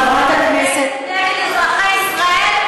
אזרחי ישראל?